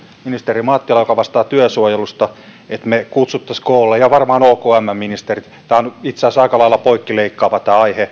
ministeri mattilan kanssa joka vastaa työsuojelusta että me ja varmaan okmn ministerit tämä on itse asiassa aika lailla poikkileikkaava aihe